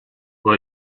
who